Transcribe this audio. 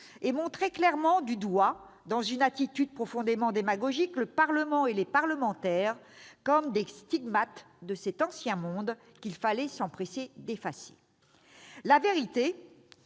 et montrait clairement du doigt dans une attitude profondément démagogique le Parlement et les parlementaires comme des stigmates de cet ancien monde qu'il fallait s'empresser d'effacer. En vérité,